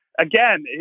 again